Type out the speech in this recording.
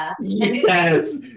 Yes